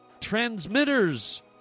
transmitters